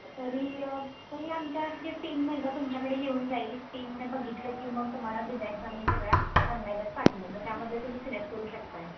तरी तरी आमच्या आपली टीम एकदा तुमच्याकडे घ येऊन जाईल टीमनं बघितलं की मग तुम्हाला डिझाईन्स आम्ही सगळ्या ऑनलाईनच पाठवू मग त्यामध्ये तुम्ही सिलेक्ट करू शकत आहे